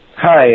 Hi